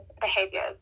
behaviors